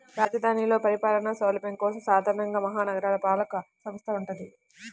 రాజధానిలో పరిపాలనా సౌలభ్యం కోసం సాధారణంగా మహా నగరపాలక సంస్థ వుంటది